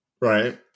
right